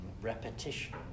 repetition